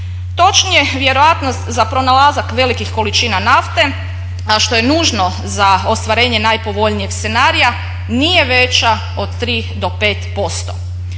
Točnije, vjerojatnost za pronalazak velikih količina nafte, a što je nužno za ostvarenje najpovoljnijeg scenarija nije veća od 3 do 5%.